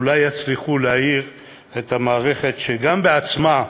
אולי יצליחו להעיר את המערכת, שגם בעצמה,